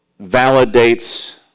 validates